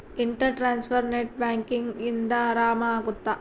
inter transfer net banking ಇಂದ ಆರಾಮ ಅಗುತ್ತ